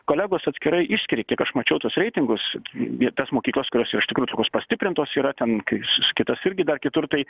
kolegos atskirai išskiria kiek aš mačiau tuos reitingus tas mokyklas kurios yra iš tikrųjų tokios pastiprintos yra ten kitos irgi dar kitur tai